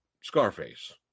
scarface